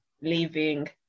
leaving